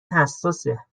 حساسه